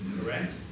correct